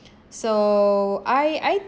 so I I